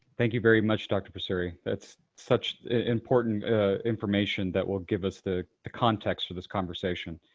thank you very much, dr. passeri it's such important information that will give us the the context for this conversation.